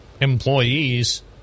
employees